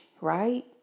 right